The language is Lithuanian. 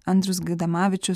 andrius gaidamavičius